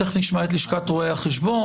תכף נשמע את לשכת רואי החשבון.